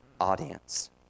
audience